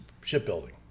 shipbuilding